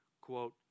quote